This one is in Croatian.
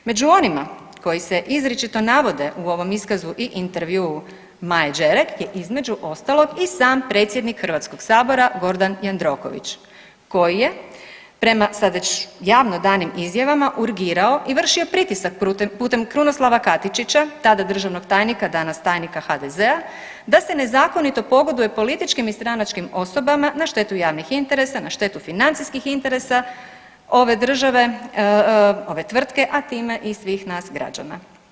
Među onima koji se izričito navode u ovom iskazu i intervjuu Maje Đerek je između ostalog i sam predsjednik HS-a Gordan Jandroković koji je prema sad već javno danim izjavama urgirao i vršio pritisak putem Krunoslava Katičića, tada državnog tajnika, danas tajnika HDZ-a, da se nezakonito pogoduje političkim i stranačkim osobama na štetu javnih interesa, na štetu financijskih interesa ove države, ove tvrtke, a time i svih nas građana.